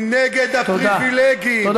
היא נגד הפריבילגים, תודה.